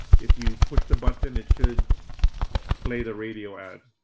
if you push the button, it should play the radio ad.